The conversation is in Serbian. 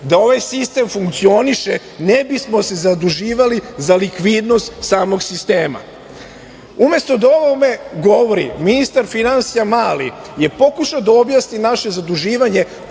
da ovaj sistem funkcioniše ne bi smo se zaduživali za likvidnost samog sistema. Umesto da o ovome govori, ministar finansija Mali je pokušao da objasni naše zaduživanje